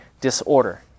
disorder